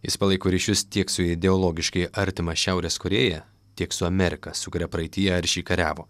jis palaiko ryšius tiek su ideologiškai artima šiaurės korėja tiek su amerika su kuria praeityje aršiai kariavo